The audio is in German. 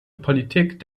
politik